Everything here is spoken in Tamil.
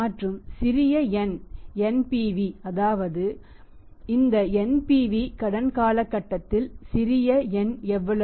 மற்றும் சிறிய n NPV அதாவது இந்த NPV கடன் காலகட்டத்தில் சிறிய n எவ்வளவு